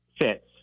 fits